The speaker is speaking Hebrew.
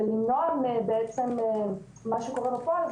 ולמנוע מהם בעצם את מה שקורה בפועל,